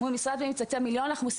הוא יתקצב אותו סכום.